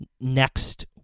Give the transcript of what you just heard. next